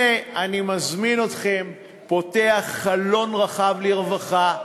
הנה, אני מזמין אתכם, פותח חלון רחב לרווחה: